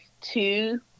two